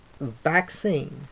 vaccine